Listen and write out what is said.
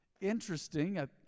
interesting